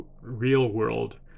real-world